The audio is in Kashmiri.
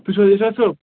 تۄہہِ چھو حظ اِسحاق صٲب